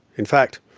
in fact,